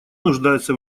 нуждается